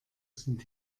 sind